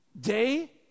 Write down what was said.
day